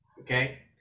Okay